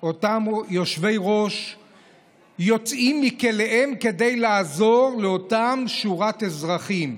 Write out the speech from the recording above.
אותם יושבי-ראש יוצאים מגדרם כדי לעזור לאותם אזרחים.